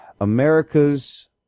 America's